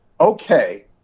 Okay